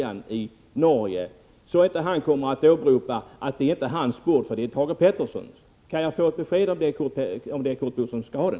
Jag vill veta det nu, så att inte han kommer att åberopa att det inte är hans bord, utan Thage Petersons. Kan jag få ett besked på den punkten?